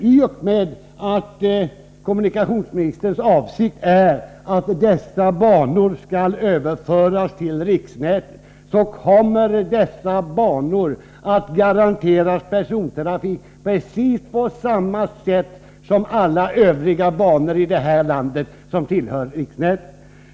I och med att dessa banor enligt kommunikationsministerns ställningstagande överförs till riksnätet kommer persontrafik att garanteras på dessa banor precis på samma sätt som för övriga banor här i landet som tillhör riksnätet.